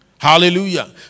Hallelujah